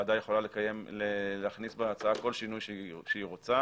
הוועדה יכולה להכניס בהצעה כל שינוי שהיא רוצה.